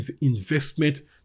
investment